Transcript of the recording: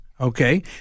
Okay